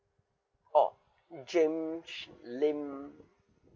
oh james lim